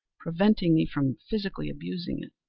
preventing me from physically abusing it.